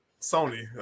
Sony